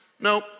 No